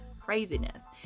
craziness